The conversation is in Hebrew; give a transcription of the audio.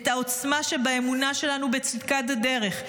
את העוצמה שבאמונה שלנו בצדקת הדרך.